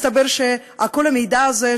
מסתבר שכל המידע הזה,